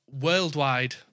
worldwide